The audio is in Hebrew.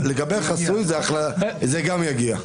לגבי חסוי, זה גם יגיע.